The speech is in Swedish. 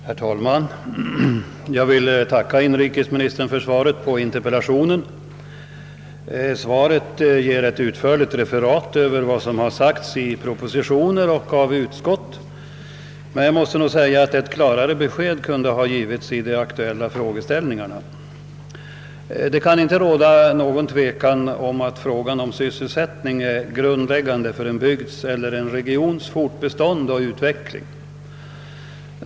Herr talman! Jag tackar inrikesministern för svaret på min interpellation. Det refererar utförligt vad som framhållits i propositioner och sagts i utskott, men jag måste säga att ett klarare besked kunde ha givits i de aktuella frågeställningarna. Det råder väl ingen tvekan om att sysselsättningsfrågorna är av grundläggande betydelse för en bygds eller en regions fortbestånd och utveckling.